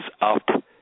up